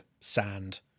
sand